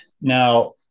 Now